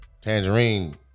Tangerine